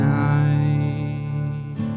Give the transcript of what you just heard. night